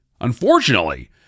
Unfortunately